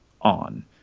on